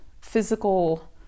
physical